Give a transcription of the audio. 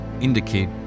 indicate